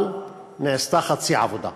אבל נעשתה חצי עבודה.